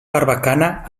barbacana